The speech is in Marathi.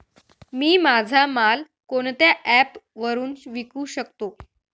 मी माझा माल कोणत्या ॲप वरुन विकू शकतो?